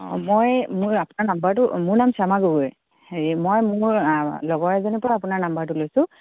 অঁ মই মোৰ আপোনাৰ নাম্বাৰটো মোৰ নাম শ্যমা গগৈ হেৰি মই মোৰ লগৰ এজনীৰ পৰা আপোনাৰ নাম্বাৰটো লৈছোঁ